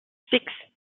six